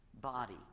body